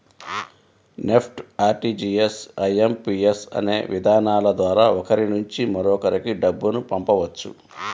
NEFT, RTGS, IMPS అనే విధానాల ద్వారా ఒకరి నుంచి మరొకరికి డబ్బును పంపవచ్చు